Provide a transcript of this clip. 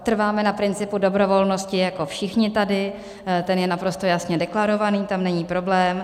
Trváme na principu dobrovolnosti jako všichni tady, ten je naprosto jasně deklarovaný, tam není problém.